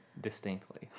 distinctly